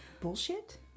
bullshit